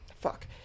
fuck